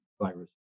virus